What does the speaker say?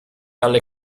alle